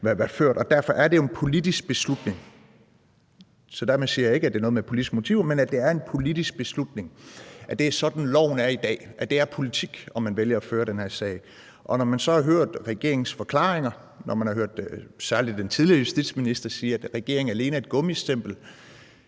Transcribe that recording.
Derfor er det jo en politisk beslutning. Dermed siger jeg ikke, at det er noget med politiske motiver, men at det er en politisk beslutning, og at det er sådan, loven er i dag, altså at det er politik, om man vælger at føre den her sag eller ej. Og når man så har hørt regeringens forklaringer og særlig den tidligere justitsminister sige, at regeringen alene er et gummistempel,